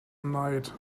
night